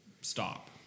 stop